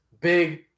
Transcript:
big